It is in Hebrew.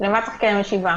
למה צריך לקיים ישיבה?